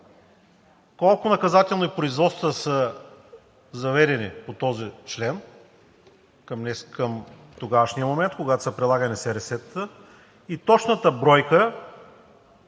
Колко наказателни производства са заведени по този член към тогавашния момент, когато са прилагани СРС-тата, и точната бройка